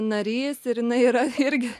narys ir jinai yra irgi